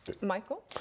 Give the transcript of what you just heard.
Michael